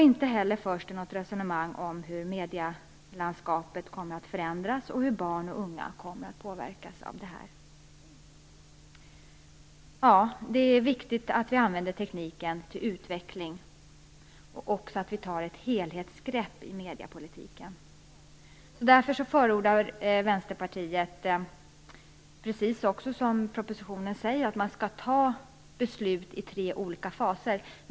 Inte heller förs det något resonemang om hur medielandskapet kommer att förändras och hur barn och unga kommer att påverkas. Det är viktigt att vi använder tekniken till utveckling och att vi tar ett helhetsgrepp i mediepolitiken. Därför förordrar Vänsterpartiet - precis som det framgår i propositionen - att beslut skall fattas i tre faser.